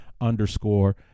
underscore